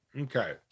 Okay